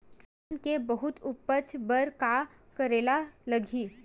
धान के बहुत उपज बर का करेला लगही?